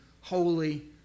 holy